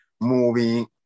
movie